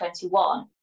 2021